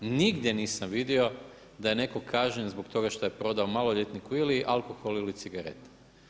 Nigdje nisam vidio da je netko kažnjen zbog toga što je prodao maloljetniku ili alkohol ili cigarete.